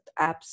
apps